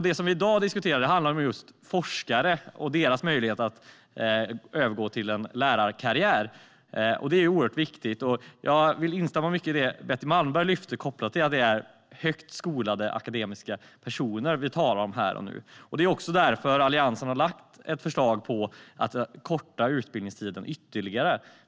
Det vi i dag diskuterar handlar om forskare och deras möjlighet att övergå till en lärarkarriär, och det är oerhört viktigt. Jag vill instämma i mycket av det som Betty Malmberg lyfte fram kopplat till att det är högt skolade akademiker vi talar om här. Det är också därför Alliansen har lagt fram ett förslag om att korta utbildningstiden ytterligare.